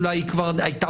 חוזרים